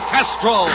Castro